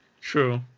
true